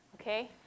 okay